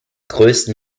größten